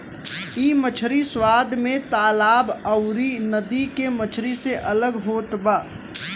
इ मछरी स्वाद में तालाब अउरी नदी के मछरी से अलग होत बा